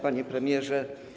Panie Premierze!